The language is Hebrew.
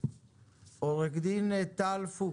עורכת דין טל פוקס,